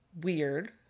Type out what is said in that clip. weird